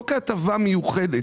לא כהטבה מיוחדת.